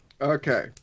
Okay